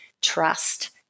trust